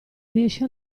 riesci